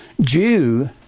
Jew